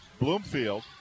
Bloomfield